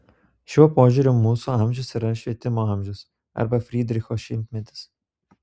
šiuo požiūriu mūsų amžius yra švietimo amžius arba frydricho šimtmetis